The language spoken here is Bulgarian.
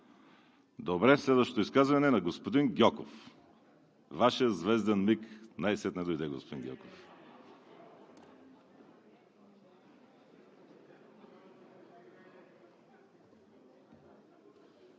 Няма. Следващото изказване е на господин Гьоков. Вашият звезден миг най-сетне дойде, господин Гьоков.